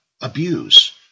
abuse